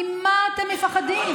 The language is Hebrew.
ממה אתם מפחדים?